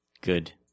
good